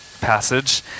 passage